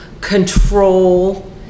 control